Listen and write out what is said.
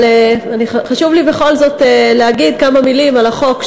אבל חשוב לי בכל זאת להגיד כמה מילים על החוק,